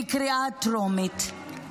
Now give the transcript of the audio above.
בקריאה טרומית.